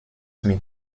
mit